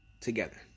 together